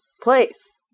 place